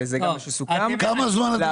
כמה זמן אתם